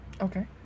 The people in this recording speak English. Okay